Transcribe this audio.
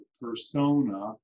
persona